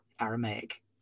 aramaic